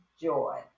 joy